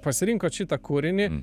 pasirinkot šitą kūrinį